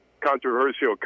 controversial